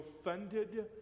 offended